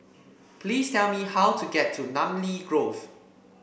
please tell me how to get to Namly Grove